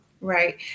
Right